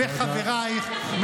וחברייך,